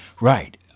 Right